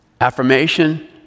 affirmation